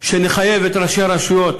שנחייב את ראשי הרשויות